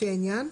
לפי העניין,